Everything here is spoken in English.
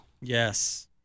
Yes